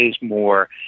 more